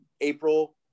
April